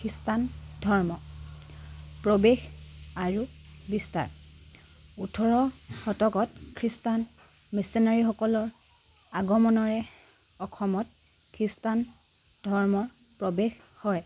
খ্ৰীষ্টান ধৰ্ম প্ৰৱেশ আৰু বিস্তাৰ ওঠৰ শতকত খ্ৰীষ্টান মিচনাৰীসকলৰ আগমনেৰে অসমত খ্ৰীষ্টান ধৰ্মৰ প্ৰৱেশ হয়